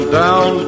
down